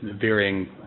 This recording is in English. varying